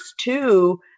two